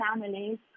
families